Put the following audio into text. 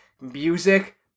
music